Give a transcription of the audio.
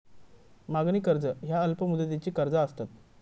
मागणी कर्ज ह्या अल्प मुदतीची कर्जा असतत